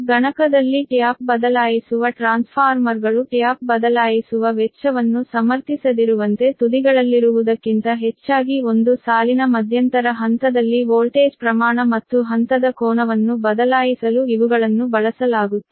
ಗಣಕದಲ್ಲಿ tap ಬದಲಾಯಿಸುವ ಟ್ರಾನ್ಸ್ಫಾರ್ಮರ್ಗಳು tap ಬದಲಾಯಿಸುವ ವೆಚ್ಚವನ್ನು ಸಮರ್ಥಿಸದಿರುವಂತೆ ತುದಿಗಳಲ್ಲಿರುವುದಕ್ಕಿಂತ ಹೆಚ್ಚಾಗಿ ಒಂದು ಸಾಲಿನ ಮಧ್ಯಂತರ ಹಂತದಲ್ಲಿ ವೋಲ್ಟೇಜ್ ಪ್ರಮಾಣ ಮತ್ತು ಹಂತದ ಕೋನವನ್ನು ಬದಲಾಯಿಸಲು ಇವುಗಳನ್ನು ಬಳಸಲಾಗುತ್ತದೆ